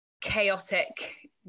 chaotic